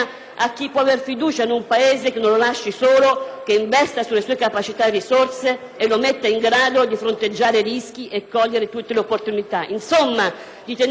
che investa sulle sue capacità e risorse, e lo metta in grado di fronteggiare i rischi e cogliere tutte le opportunità, insomma di tenere sotto controllo la paura e aprirsi alla speranza.